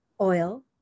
oil